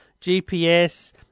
GPS